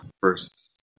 first